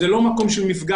זה לא מקום של מפגש.